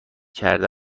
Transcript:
شده